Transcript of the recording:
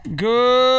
Good